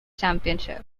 championship